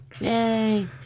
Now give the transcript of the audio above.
Yay